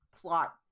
plot